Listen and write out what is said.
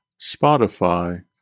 Spotify